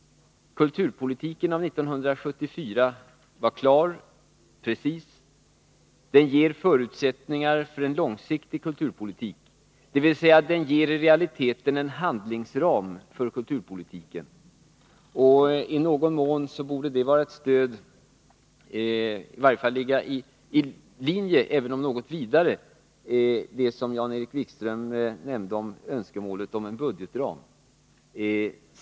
Kulturpolitiken av 1974 var klar och precis, och den ger förutsättningar också för en långsiktig kulturpolitik — dvs. i realiteten en handlingsram för kulturpolitiken. Även om det är ett något vidare begrepp borde det i någon mån vara ett stöd för, eller i varje fall ligga i linje med, Jan-Erik Wikströms önskemål om en budgetram.